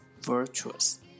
Virtuous